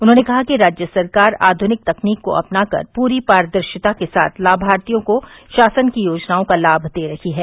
उन्होंने कहा कि राज्य सरकार आधनिक तकनीक को अपना कर पूरी पारदर्शिता के साथ लामार्थियों को शासन की योजनाओं का लाम दे रही है